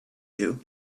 you